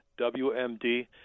WMD